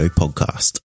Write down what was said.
podcast